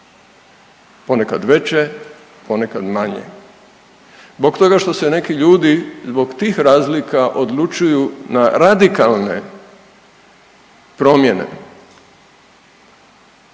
ponekad veće, ponekad manje, zbog toga što se neki ljudi zbog tih razlika odlučuju na radikalne promjene